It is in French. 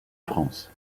france